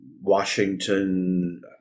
Washington